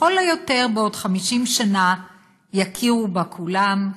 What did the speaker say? לכל היותר בעוד 50 שנה יכירו בה כולם.